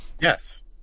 Yes